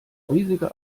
riesige